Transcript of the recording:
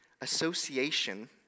Association